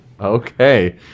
Okay